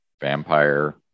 vampire